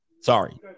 Sorry